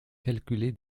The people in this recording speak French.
calculé